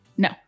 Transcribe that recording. No